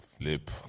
Flip